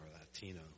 Latino